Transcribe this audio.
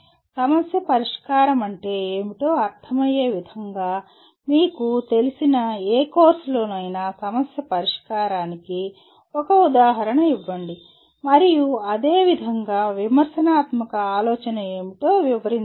సమస్య పరిష్కారం అంటే ఏమిటో అర్థమయ్యే విధంగా మీకు తెలిసిన ఏ కోర్సులోనైనా సమస్య పరిష్కారానికి ఒక ఉదాహరణ ఇవ్వండి మరియు అదేవిధంగా విమర్శనాత్మక ఆలోచన ఏమిటో వివరించండి